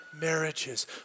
Marriages